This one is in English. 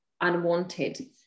unwanted